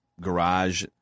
garage